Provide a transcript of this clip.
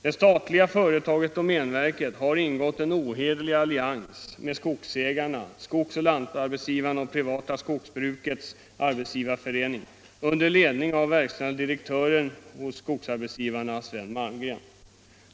Det statliga företaget domänverket har ingått en ohederlig allians med skogsägarna, skogsoch lantarbetsgivarna och det privata skogsbrukets arbetsgivarförening, under ledning av verkställande direktören hos skogsarbetsgivarna Sven Malmgren.